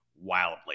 wildly